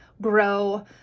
grow